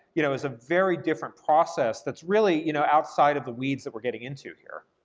you know, is a very different process that's really you know outside of the weeds that we're getting into here.